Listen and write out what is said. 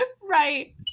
Right